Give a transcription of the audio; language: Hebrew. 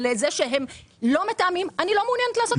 זה שהם לא מתאמים אני לא מעוניינת לעשות את זה.